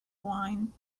wine